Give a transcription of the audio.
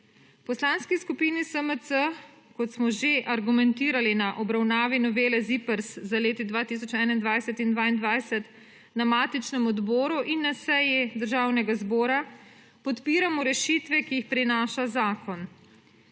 Poslanski skupini SMC, kot smo že argumentirali na obravnavi novele ZIPRS za leti 2021 in 2022 na matičnem odboru in na seji Državnega zbora, podpiramo rešitve, ki jih prinaša zakon.